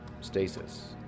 stasis